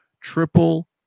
triple